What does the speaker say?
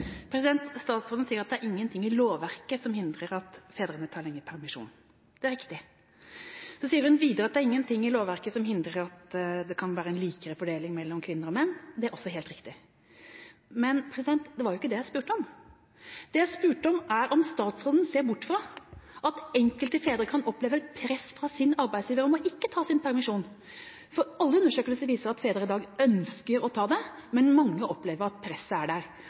Statsråden sier at det er ingenting i lovverket som hindrer at fedrene tar lengre permisjon. Det er riktig. Så sier hun videre at det er ingenting i lovverket som hindrer at det kan være en likere fordeling mellom kvinner og menn. Det er også helt riktig. Men det var ikke det jeg spurte om. Det jeg spurte om, var om statsråden ser bort fra at enkelte fedre kan oppleve press fra sin arbeidsgiver om ikke å ta sin permisjon. Alle undersøkelser viser at fedre i dag ønsker å ta det, men mange opplever at presset er der.